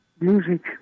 music